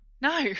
No